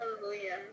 Hallelujah